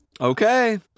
Okay